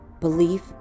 belief